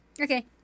Okay